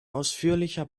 ausführlicher